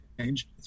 change